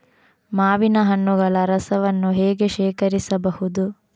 ಮಾವಿನ ಹಣ್ಣುಗಳ ರಸವನ್ನು ಹೇಗೆ ಶೇಖರಿಸಬಹುದು?